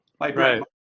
Right